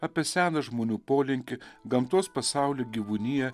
apie seną žmonių polinkį gamtos pasaulį gyvūniją